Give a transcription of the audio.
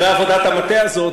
אחרי עבודת המטה הזאת,